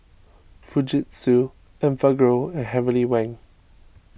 Fujitsu Enfagrow and Heavenly Wang